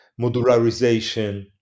modularization